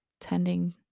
tending